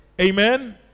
Amen